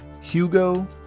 Hugo